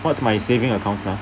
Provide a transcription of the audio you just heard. what's my saving account !huh!